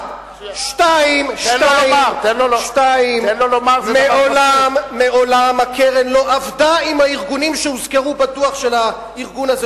2. מעולם הקרן לא עבדה עם הארגונים שהוזכרו בדוח של הארגון הזה,